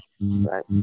Right